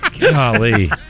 Golly